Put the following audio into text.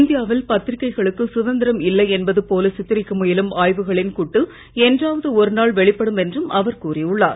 இந்தியாவில் பத்திரிக்கைகளுக்கு சுதந்திரம் இல்லை என்பது போலச் சித்தரிக்க முயலும் ஆய்வுகளின் குட்டு என்றாவது ஒருநாள் வெளிப்படும் என்றும் அவர் கூறியுள்ளார்